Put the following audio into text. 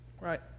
Right